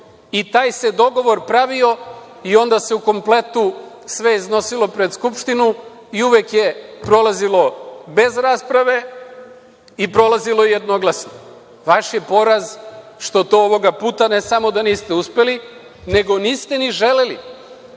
Taj se dogovor pravio i onda se u kompletu sve iznosilo pred Skupštinu i uvek je prolazilo bez rasprave i prolazilo jednoglasno. Vaš je poraz što to ovoga puta ne samo da niste uspeli, nego niste ni želeli. Vaš